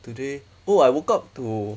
today oh I woke up to